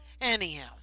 Anyhow